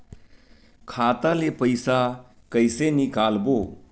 खाता ले पईसा कइसे निकालबो?